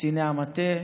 קציני המטה,